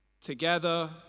together